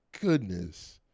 goodness